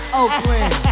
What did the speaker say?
Oakland